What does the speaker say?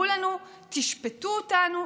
מה אתם דואגים?